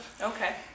Okay